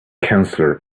counselor